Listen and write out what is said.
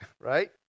right